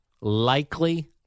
likely